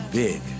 big